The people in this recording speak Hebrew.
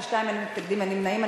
בעד, 32, אין מתנגדים, אין נמנעים.